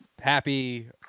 happy